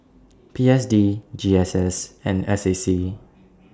P S D G S S and S A C